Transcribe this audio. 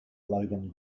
logan